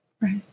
Right